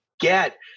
get